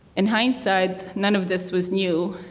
in hindsight, none of this was new.